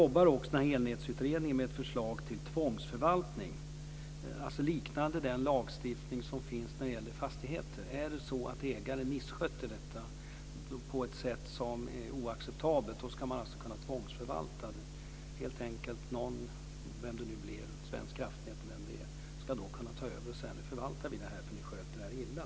Den här elnätsutredningen jobbar också med ett förslag till tvångsförvaltning som liknar den lagstiftning som finns när det gäller fastigheter. Är det så att ägaren missköter detta på ett sätt som är oacceptabelt ska man alltså kunna tvångsförvalta. Svenska kraftnät eller vem det är ska då kunna ta över och säga: Nu förvaltar vi det här, för ni sköter det illa.